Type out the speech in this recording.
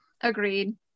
Agreed